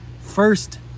first